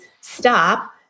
stop